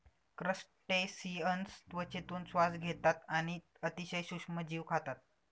crustaceans त्वचेतून श्वास घेतात आणि अतिशय सूक्ष्म जीव खातात